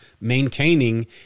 maintaining